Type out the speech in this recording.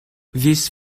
these